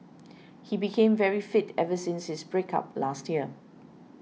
he became very fit ever since his break up last year